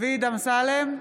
אמסלם,